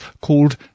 called